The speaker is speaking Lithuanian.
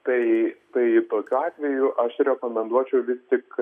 tai tai tokiu atveju aš rekomenduočiau vis tik